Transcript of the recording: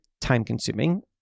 time-consuming